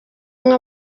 umwe